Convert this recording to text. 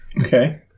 Okay